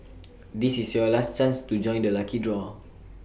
this is your last chance to join the lucky draw